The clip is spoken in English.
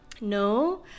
No